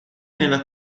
nella